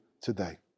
today